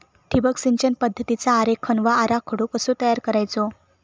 ठिबक सिंचन पद्धतीचा आरेखन व आराखडो कसो तयार करायचो?